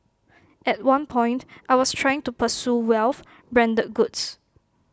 at one point I was trying to pursue wealth branded goods